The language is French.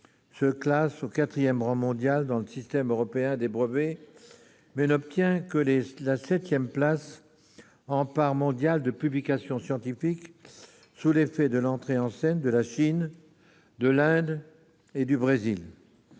se classe au quatrième rang mondial dans le système européen des brevets, mais n'arrive qu'à la septième place dans la part mondiale de publications scientifiques, sous l'effet de l'entrée en scène de la Chine, de l'Inde et du Brésil.